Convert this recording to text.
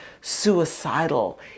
suicidal